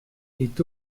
est